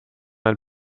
ein